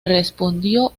respondió